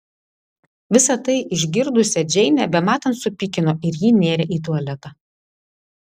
visa tai išgirdusią džeinę bematant supykino ir ji nėrė į tualetą